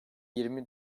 yirmi